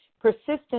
Persistence